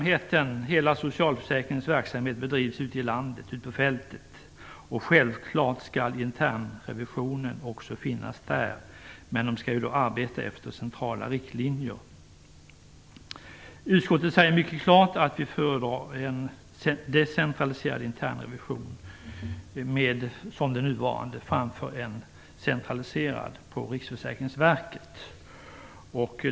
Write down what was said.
Hela socialförsäkringens verksamhet bedrivs ute i landet och ute på fältet. Och då skall självfallet internrevisionen också finnas där, men man skall arbeta efter centrala riktlinjer. Utskottet säger mycket klart att vi föredrar en decentraliserad internrevision som den nuvarande framför en centraliserad på Riksförsäkringsverket.